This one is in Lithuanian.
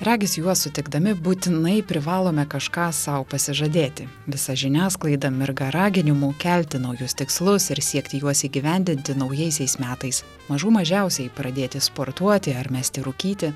regis juos sutikdami būtinai privalome kažką sau pasižadėti visa žiniasklaida mirga raginimų kelti naujus tikslus ir siekti juos įgyvendinti naujaisiais metais mažų mažiausiai pradėti sportuoti ar mesti rūkyti